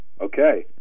Okay